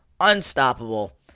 Unstoppable